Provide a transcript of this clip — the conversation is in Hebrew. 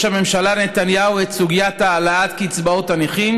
הממשלה נתניהו את סוגיית העלאת קצבאות הנכים,